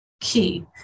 key